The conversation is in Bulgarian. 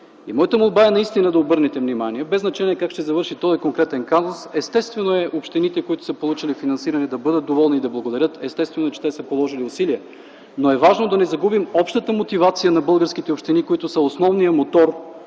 Моята молба е наистина да обърнете внимание без значение как ще завърши този конкретен казус, естествено е, общините, които са получили финансиране да бъдат доволни и да благодарят, естествено е, че те са положили усилия, но е важно да не загубим общата мотивация на българските общини, които са основния мотор.